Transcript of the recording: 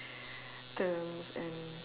terms and